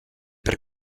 per